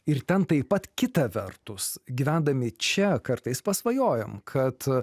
ir ten taip pat kita vertus gyvendami čia kartais pasvajojam kad